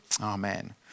Amen